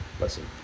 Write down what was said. Listen